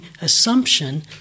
assumption